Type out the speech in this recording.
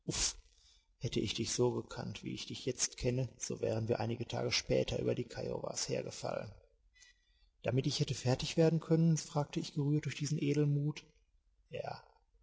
hätte ich dich so gekannt wie ich dich jetzt kenne so wären wir einige tage später über die kiowas hergefallen damit ich hätte fertig werden können fragte ich gerührt durch diesen edelmut ja